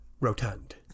rotund